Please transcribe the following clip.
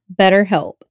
BetterHelp